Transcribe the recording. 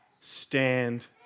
stand